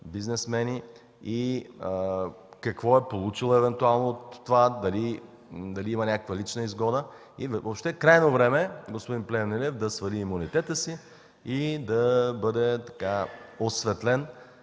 бизнесмени и какво е получил евентуално от това, има ли някаква лична изгода. Въобще е крайно време господин Плевнелиев да свали имунитета си и да бъде осветлен